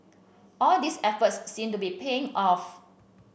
all these efforts seem to be paying off